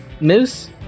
moose